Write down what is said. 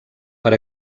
per